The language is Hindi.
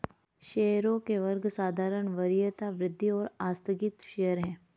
शेयरों के वर्ग साधारण, वरीयता, वृद्धि और आस्थगित शेयर हैं